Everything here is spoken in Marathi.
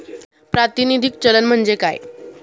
प्रातिनिधिक चलन म्हणजे काय?